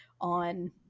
on